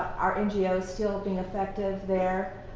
are ngos still being effective there?